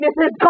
Mrs